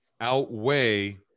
outweigh